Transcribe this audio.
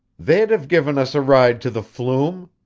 they'd have given us a ride to the flume